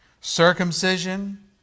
Circumcision